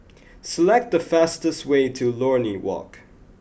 select the fastest way to Lornie Walk